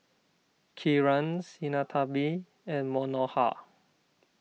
Kiran Sinnathamby and Manohar